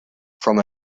from